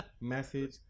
message